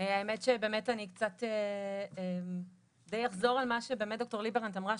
אני קצת אחזור על מה שאמרה ד"ר ליברמן.